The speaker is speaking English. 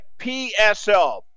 PSL